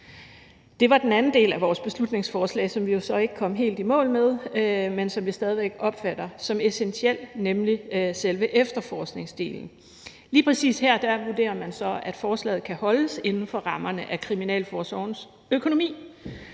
Det var den anden del af vores beslutningsforslag, som vi jo så ikke kom helt i mål med, men som vi stadig væk opfatter som essentielt, nemlig fordi det omfatter selve efterforskningsdelen. Lige præcis her vurderer man så, at forslaget kan holdes inden for rammerne af kriminalforsorgens økonomi.